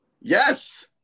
Yes